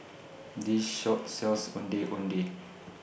This Shop sells Ondeh Ondeh